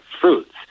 fruits